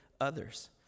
others